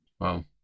Wow